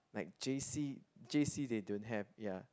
like j_c j_c they don't have ya